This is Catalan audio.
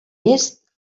est